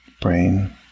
brain